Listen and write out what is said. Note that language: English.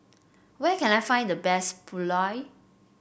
where can I find the best Pulao